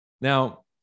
Now